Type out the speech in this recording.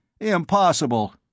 Impossible